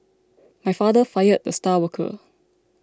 my father fired the star worker